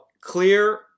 clear